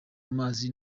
amazi